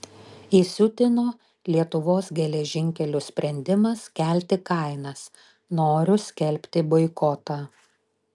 įsiutino lietuvos geležinkelių sprendimas kelti kainas noriu skelbti boikotą